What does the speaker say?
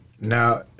Now